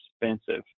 expensive